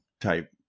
type